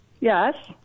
Yes